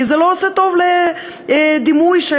כי זה לא עושה טוב לדימוי של,